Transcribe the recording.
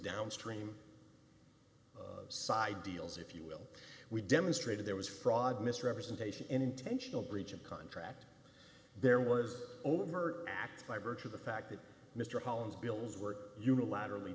downstream side deals if you will we demonstrated there was fraud misrepresentation intentional breach of contract there was overt act by virtue of the fact that mr holland's bills were unilaterally